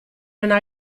una